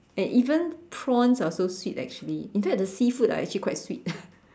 and even prawns are so sweet actually in fact the seafood are actually quite sweet